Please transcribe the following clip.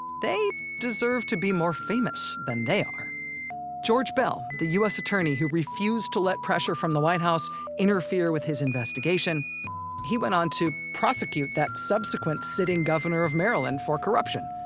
they deserve to be more famous than they are george beall the u s. attorney who refused to let pressure from the white house interfere with his investigation he went on to prosecute that subsequent sitting governor of maryland for corruption.